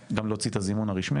צריך גם להוציא את הזימון הרשמי,